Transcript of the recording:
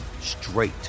straight